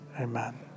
Amen